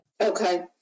Okay